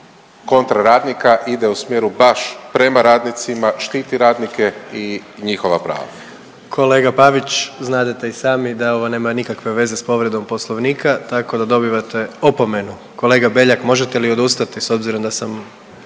kontra radnika. Ide u smjeru baš prema radnicima, štiti radnike i njihova prava. **Jandroković, Gordan (HDZ)** Kolega Pavić znadete i sami da ovo nema nikakve veze s povredom poslovnika tako da dobivate opomenu. Kolega Beljak možete li odustati s obzirom da sam